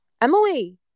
Emily